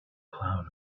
cloud